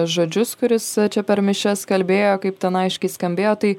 žodžius kuris čia per mišias kalbėjo kaip ten aiškiai skambėjo tai